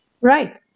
Right